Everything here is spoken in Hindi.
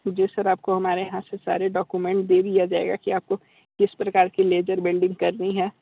जी सर आपको हमारे यहाँ से सारे डॉक्यूमेंट दे दिया जाएगा की आपको किस प्रकार की लेज़र वेल्डिंग करनी है